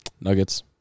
Nuggets